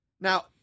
Now